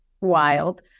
wild